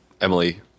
Emily